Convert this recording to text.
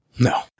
No